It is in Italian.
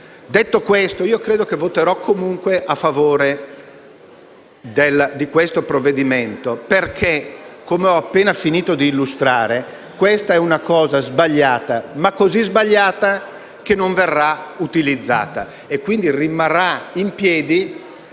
Detto questo, credo che voterò comunque a favore del provvedimento in esame, perché - come ho appena finito di illustrare - si tratta di una cosa sbagliata, ma così sbagliata che non verrà utilizzata per cui rimarrà in piedi